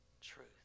truth